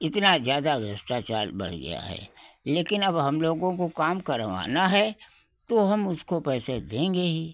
इतना ज़्यादा भ्रष्टाचार बढ़ गया है लेकिन अब हम लोगों को काम करवाना है तो हम उसको पैसे देंगे ही